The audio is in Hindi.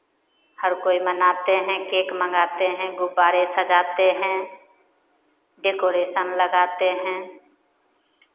हर कोई मनाते हैं केक मंगाते हैं गुब्बारे सजाते हैं डेकोरेशन लगाते हैं